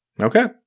Okay